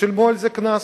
ושילמו על זה קנס.